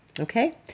Okay